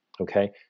okay